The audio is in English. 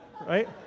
right